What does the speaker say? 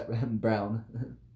brown